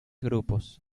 grupos